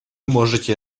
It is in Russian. можете